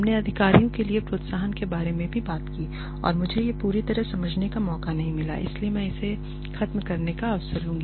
हमने अधिकारियों के लिए प्रोत्साहन के बारे में भी बात की और मुझे यह पूरी तरह से समझाने का मौका नहीं मिला इसलिए मैं इसे खत्म करने का अवसर लूँगा